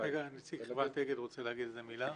נציג חברת אגד רוצה לומר מילה.